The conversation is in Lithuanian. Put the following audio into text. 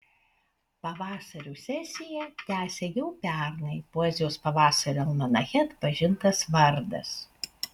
pavasario sesiją tęsia jau pernai poezijos pavasario almanache atpažintas vardas